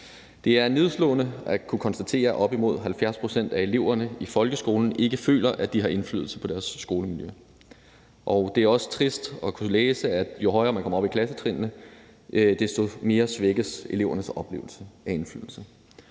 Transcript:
Det er nedslående at kunne konstatere, at op imod 70 pct. af eleverne i folkeskolen ikke føler, at de har indflydelse på deres skolemiljø, og det er også trist at kunne læse, at jo højere man kommer op i klassetrinnene, desto mere svækkes elevernes oplevelse af indflydelse.